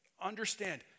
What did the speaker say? understand